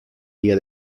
día